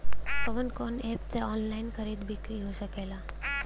कवन कवन एप से ऑनलाइन खरीद बिक्री हो सकेला?